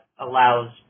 allows